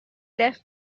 left